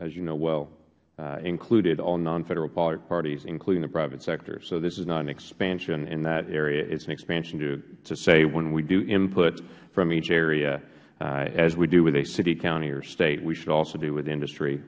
as you know well included all non federal parties including the private sector so this is not an expansion in that area it is an expansion to say when we do input from each area as we do with a city county or state we should also do with industry